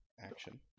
Action